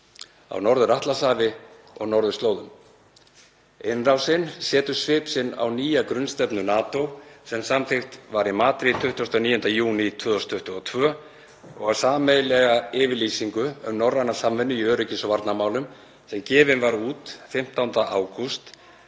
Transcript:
á Norður-Atlantshafi og norðurslóðum. Innrásin setur svip sinn á nýja grunnstefnu NATO sem samþykkt var í Madríd 29. júní 2022 og á sameiginlega yfirlýsingu um norræna samvinnu í öryggis- og varnarmálum sem gefin var út 15. ágúst